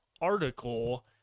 article